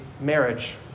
marriage